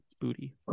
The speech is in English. booty